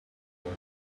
work